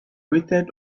waited